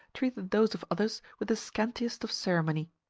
treated those of others with the scantiest of ceremony.